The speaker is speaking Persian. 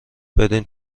بدین